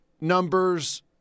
numbers